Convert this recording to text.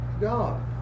God